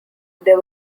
they